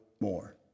more